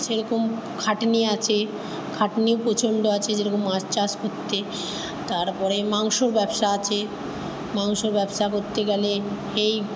সেরকম খাটনি আছে খাটনি প্রচণ্ড আছে যেরকম মাছ চাষ করতে তারপরে মাংসর ব্যবসা আছে মাংসর ব্যবসা করতে গেলে এই